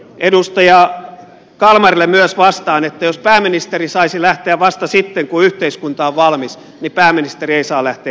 edustaja kalmarille myös vastaan että jos pääministeri saisi lähteä vasta sitten kun yhteiskunta on valmis niin pääministeri ei saa lähteä koskaan